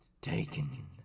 taken